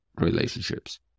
relationships